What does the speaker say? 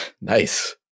Nice